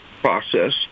process